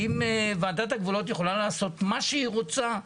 האם ועדת הגבולות יכולה לעשות מה שהיא רוצה.